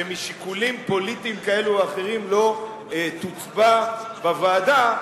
שמשיקולים פוליטיים כאלה ואחרים לא תוצבע בוועדה,